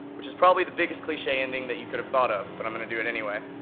which is probably the biggest cliche ending that you could've thought of, but i'm gonna do it anyway.